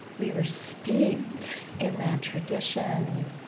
we were steeped in that tradition,